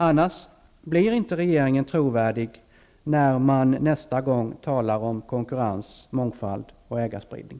Annars blir inte regeringen trovärdig, när den nästa gång talar om konkurrens, mångfald och ägarspridning!